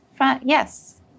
Yes